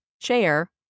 Chair